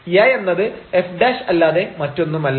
A എന്നത് f അല്ലാതെ മറ്റൊന്നുമല്ല